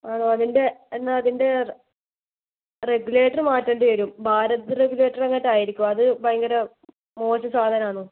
ആണോ അതിൻ്റെ എന്നാൽ അതിൻ്റെ റെഗുലേറ്റർ മാറ്റേണ്ടിവരും ഭാരത് റെഗുലേറ്ററെങ്ങാട്ട് ആയിരിക്കും അത് ഭയങ്കര മോശം സാധനമാണ്